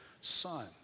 son